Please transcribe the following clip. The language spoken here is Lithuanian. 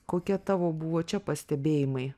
kokie tavo buvo čia pastebėjimai